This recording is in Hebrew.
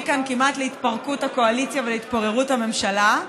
כאן כמעט להתפרקות הקואליציה ולהתפוררות הממשלה,